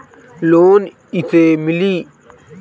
Loan कइसे मिली?